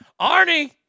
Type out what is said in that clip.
Arnie